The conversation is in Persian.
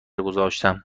گذاشتم